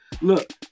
look